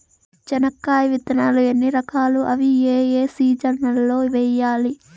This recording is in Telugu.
చెనక్కాయ విత్తనాలు ఎన్ని రకాలు? అవి ఏ ఏ సీజన్లలో వేయాలి?